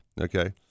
okay